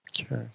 Okay